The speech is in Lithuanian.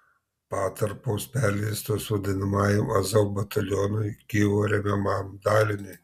patalpos perleistos vadinamajam azov batalionui kijevo remiamam daliniui